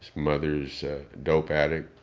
mother's a dope addict.